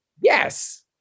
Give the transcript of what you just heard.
Yes